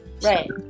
Right